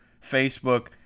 Facebook